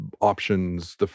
options